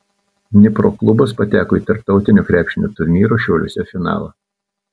dnipro klubas pateko į tarptautinio krepšinio turnyro šiauliuose finalą